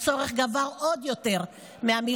והצורך גבר עוד יותר מהמלחמה.